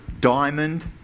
Diamond